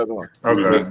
Okay